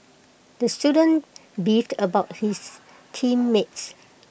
the student beefed about his team mates